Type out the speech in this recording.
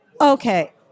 Okay